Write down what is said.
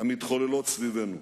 המתחוללות סביבנו.